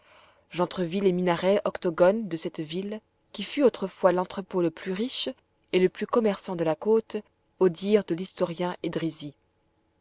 j'entrevis les minarets octogones de cette ville qui fut autrefois l'entrepôt le plus riche et le plus commerçant de la côte au dire de l'historien edrisi